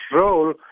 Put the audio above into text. role